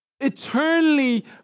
Eternally